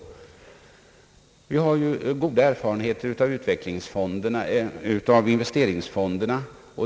Vi har ju goda erfarenheter av investeringsfonderna.